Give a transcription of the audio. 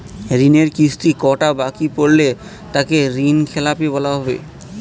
ঋণের কিস্তি কটা বাকি পড়লে তাকে ঋণখেলাপি বলা হবে?